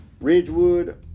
Ridgewood